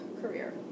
Career